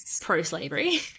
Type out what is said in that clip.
pro-slavery